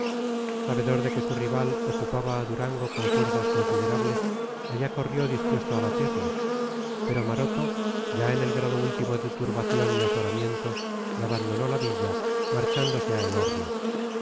sabedor de que su rival ocupaba a durango con fuerzas considerables allá corrió dispuesto a batirle pero maroto ya en el grado último de turbación y azoramiento le abandonó la villa marchándose a